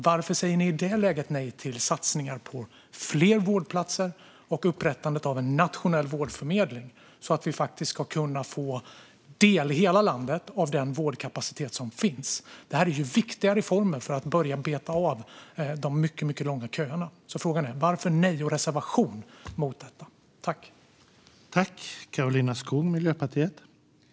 Varför säger ni i det läget nej till satsningar på fler vårdplatser och upprättandet av en nationell vårdförmedling så att hela landet ska kunna få del av den vårdkapacitet som finns? Det här är ju viktiga reformer för att börja beta av de mycket långa köerna, så frågan är varför ni säger nej och reserverar er mot detta.